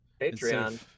Patreon